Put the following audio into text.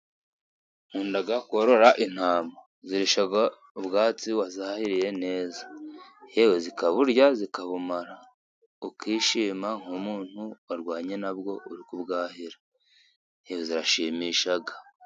Nkunda korora intama. Zirisha ubwatsi wazahiriye neza. Yewe zikaburya, zikabumara. Ukishima nk'umu warwanye nabwo uri kubwahira. Yewe zirashimisha.